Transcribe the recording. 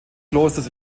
klosters